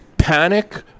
panic